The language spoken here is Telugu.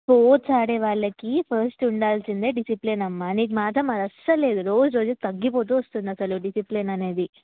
స్పోర్ట్స్ ఆడేవాళ్ళకి ఫస్ట్ ఉండాల్సిందే డిసిప్లిన్ అమ్మా నీకు మాత్రం అది అస్సలేదు రోజు రోజు తగ్గిపోతూ వస్తుంది అసలు డిసిప్లిన్ అనేది